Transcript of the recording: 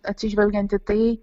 atsižvelgiant į tai